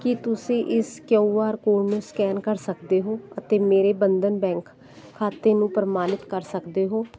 ਕੀ ਤੁਸੀਂਂ ਇਸ Q R code ਨੂੰ ਸਕੈਨ ਕਰ ਸਕਦੇ ਹੋ ਅਤੇ ਮੇਰੇ ਬੰਧਨ ਬੈਂਕ ਖਾਤੇ ਨੂੰ ਪ੍ਰਮਾਣਿਤ ਕਰ ਸਕਦੇ ਹੋ